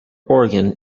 organ